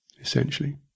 essentially